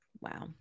Wow